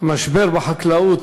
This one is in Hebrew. המשבר בחקלאות